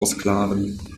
versklaven